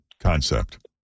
concept